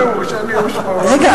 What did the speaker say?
רגע,